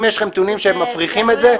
אם יש לכם נתונים שמפריכים את זה,